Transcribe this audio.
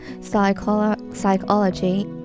psychology